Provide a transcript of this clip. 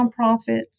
nonprofits